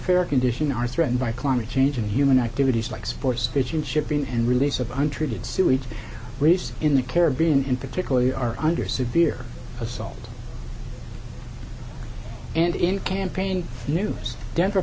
fair condition are threatened by climate change and human activities like sports fishing shipping and release of hundred sewage race in the caribbean in particularly are under severe assault and in campaign news denver